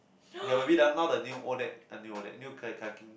okay maybe done now the new Odac the new Odac new kayak kayaking